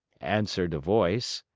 answered a voice.